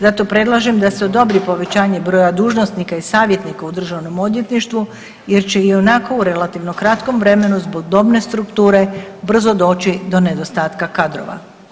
Zato predlažem da se odobri povećanje broja dužnosnika i savjetnika u državnom odvjetništvu jer će i onako u relativno kratkom vremenu zbog dobne strukture brzo doći do nedostatka kadrova.